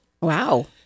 Wow